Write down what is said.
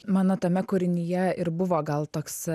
mano tame kūrinyje ir buvo gal toks